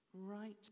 Right